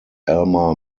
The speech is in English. alma